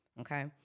okay